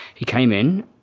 he came in,